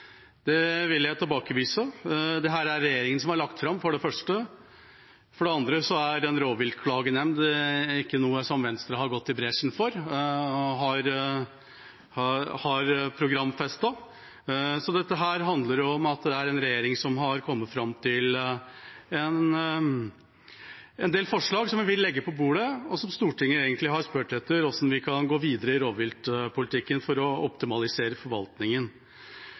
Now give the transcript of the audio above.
Det vil jeg tilbakevise. For det første er det regjeringa som har lagt den fram. For det andre er en rovviltklagenemnd ikke noe som Venstre har gått i bresjen for eller har programfestet. Dette handler om at det er en regjering som har kommet fram til en del forslag som man legger på bordet, og hvor Stortinget egentlig har spurt hvordan vi kan gå videre i rovviltpolitikken for å optimalisere forvaltningen.